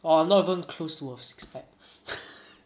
uh I'm not even close to a six pack